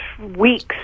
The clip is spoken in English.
weeks